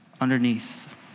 underneath